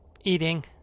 eating